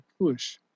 push